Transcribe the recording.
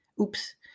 Oops